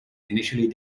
initially